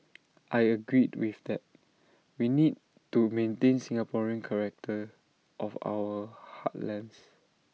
I agreed with that we need to maintain the Singaporean character of our heartlands